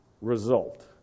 result